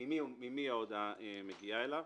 ממי ההודעה מגיעה אליו.